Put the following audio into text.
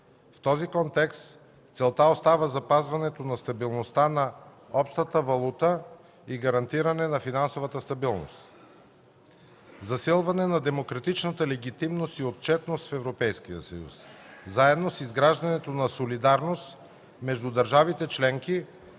В този контекст целта остава запазването на стабилността на общата валута и гарантиране на финансовата стабилност; - засилване на демократичната легитимност и отчетност в Европейския съюз, заедно с изграждането на солидарност между държавите членки